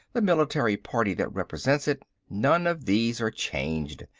the military party that represents it none of these are changed.